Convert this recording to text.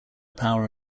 power